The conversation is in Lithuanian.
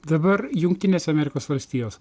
dabar jungtinės amerikos valstijos